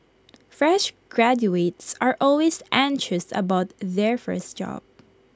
fresh graduates are always anxious about their first job